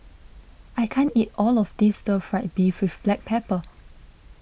I can't eat all of this Stir Fry Beef with Black Pepper